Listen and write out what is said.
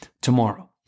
tomorrow